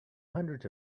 hundreds